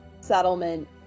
settlement